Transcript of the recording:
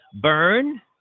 burn